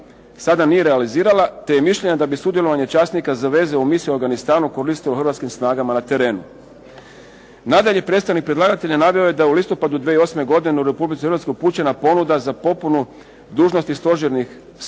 sada nije realizirala te je mišljenja da bi sudjelovanje časnika za veze u misiju u Afganistanu koriste u hrvatskim snagama na terenu. Nadalje, predstavnik predlagatelja naveo je da u listopadu 2008. godine u Republici Hrvatskoj upućena ponuda za popunu dužnosti stožernih časnika